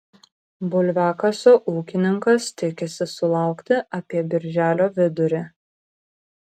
bulviakasio ūkininkas tikisi sulaukti apie birželio vidurį